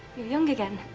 young again.